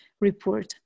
report